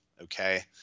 okay